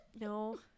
No